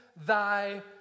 thy